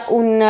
un